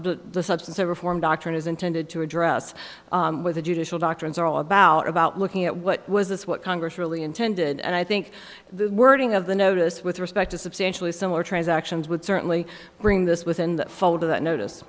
the substance of reform doctrine is intended to address with the judicial doctrines are all about about looking at what was this what congress really intended and i think the wording of the notice with respect to substantially similar transactions would certainly bring this within the fold of that notice